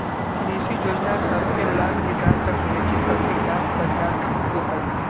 कृषि जोजना सभके लाभ किसान तक सुनिश्चित करेके काज सरकार के हइ